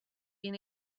been